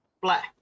Black